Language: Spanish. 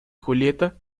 julieta